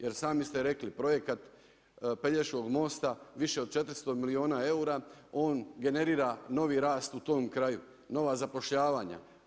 Jer sami ste rekli, projekat Pelješkog mosta više od 400 milijuna eura, on generira novi rast u tom kraju, nova zapošljavanja.